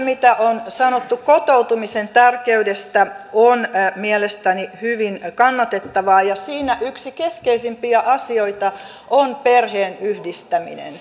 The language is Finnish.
mitä on sanottu kotoutumisen tärkeydestä on mielestäni hyvin kannatettavaa ja siinä yksi keskeisimpiä asioita on perheenyhdistäminen